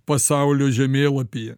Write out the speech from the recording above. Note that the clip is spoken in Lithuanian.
pasaulio žemėlapyje